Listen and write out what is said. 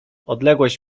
odległość